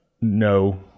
no